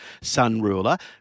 Sunruler